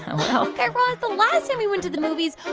well. guy raz, the last time we went to the movies,